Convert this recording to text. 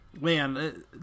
man